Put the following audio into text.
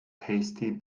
tasty